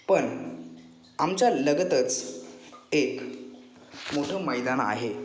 पण आमच्या लगतच एक मोठं मैदान आहे